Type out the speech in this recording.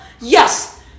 Yes